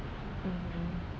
mmhmm